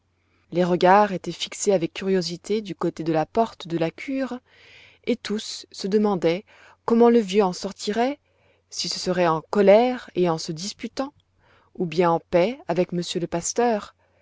les regards étaient fixés avec curiosité du côté de la porte de la cure et tous se demandaient comment le vieux en sortirait si ce serait en colère et en se disputant ou bien en paix avec monsieur le pasteur